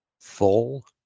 full